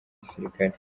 gisirikare